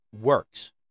works